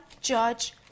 judge